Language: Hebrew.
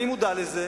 אני מודע לזה